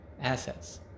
assets